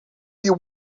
you